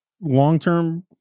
long-term